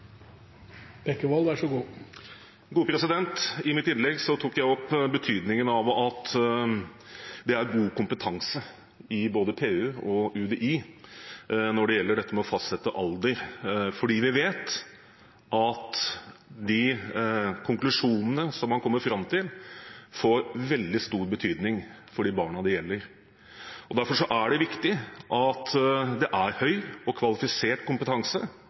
UDI – så med det vil dette følges opp. Vi håper at den planen følges, slik at februar blir det tidspunktet da de kommer i gang. Det blir replikkordskifte. I mitt innlegg tok jeg opp betydningen av at det er god kompetanse i både PU og UDI når det gjelder det å fastsette alder, for vi vet at de konklusjonene som man kommer fram til, får veldig stor betydning for de barna det gjelder. Derfor er